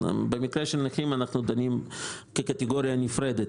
במקרה של נכים אנחנו דנים בקטגוריה נפרדת.